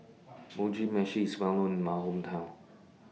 Mugi Meshi IS Well known in My Hometown